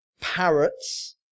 parrots